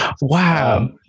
wow